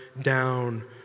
down